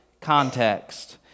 context